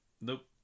Nope